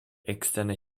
externe